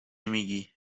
میگی